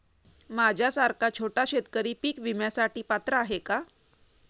माझ्यासारखा छोटा शेतकरी पीक विम्यासाठी पात्र आहे का?